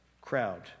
crowd